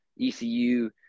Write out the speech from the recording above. ECU